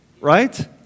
right